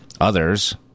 Others